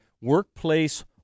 workplace